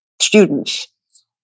students